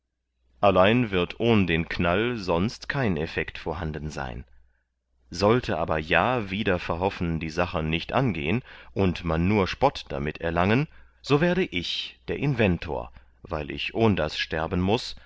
allein wird ohn den knall sonst kein effekt vorhanden sein sollte aber ja wider verhoffen die sache nicht angehen und man nur spott damit erlangen so werde ich der inventor weil ich ohndas sterben muß